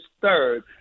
third